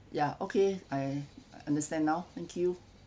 ya okay I understand now thank you